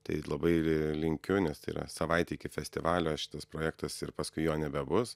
tai labai ir linkiu nes tai yra savaitė iki festivalio šitas projektas ir paskui jo nebebus